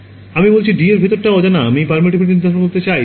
আমি বলছি D এর ভিতরটা অজানা আমি permittivity নির্ধারণ করতে চাই